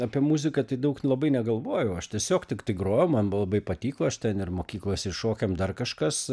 apie muziką tai daug labai negalvojau aš tiesiog tiktai grojau man labai patiko aš ten ir mokyklos ir šokiam dar kažkas